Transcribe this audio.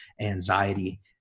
Anxiety